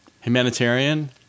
Humanitarian